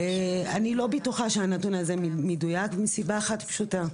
אני לא בטוחה שהנתון הזה מדויק מסיבה אחת פשוטה,